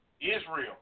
Israel